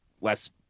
less